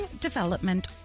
development